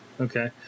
okay